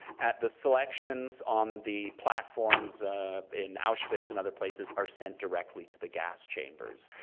at the selections on the platforms in auschwitz and other places are sent directly to the gas chambers,